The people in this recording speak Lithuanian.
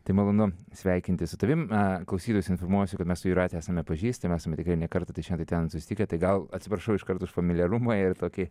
tai malonu sveikintis su tavim a klausytojus informuosiu kad mes su jūrate esame pažįstami esame tikrai ne kartą tai šen tai ten susitikę tai gal atsiprašau iškart už familiarumą jau tokį